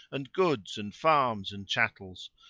and goods and farms and chattels,